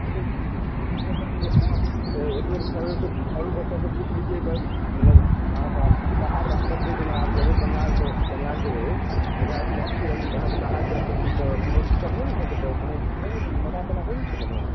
मतलब रमाशंकर कनी आहाँ एक बेर घर सऽ घरोपर सब सऽ पुछि लितियै मतलब अहाँ तऽ आब बाहर रहऽ पड़तै जेना आब जेबै बङाल तऽ बङाल जेबै ओकरा सऽ मैच छियै रणजी तऽ आहाँके जाय पड़तै तऽ कोनो दिक्कत नहि ने घर सब पर कोनो नहि ने मना तना नहि ने छै कोनो